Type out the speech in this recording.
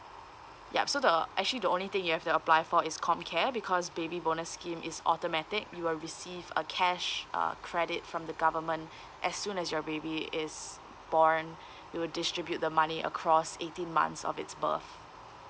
yup so the actually the only thing you have to apply for is comcare because baby bonus scheme is automatic you will receive a cash uh credit from the government as soon as your baby is born we will distribute the money across eighteen months of its birth